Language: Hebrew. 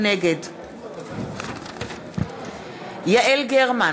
נגד יעל גרמן,